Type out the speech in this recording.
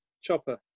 Chopper